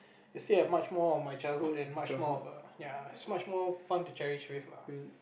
I still have much more of my childhood and much more of a ya it's much more fun to cherish with lah